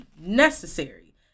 necessary